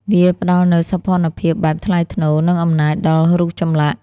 វាផ្តល់នូវសោភ័ណភាពបែបថ្លៃថ្នូរ និងអំណាចដល់រូបចម្លាក់។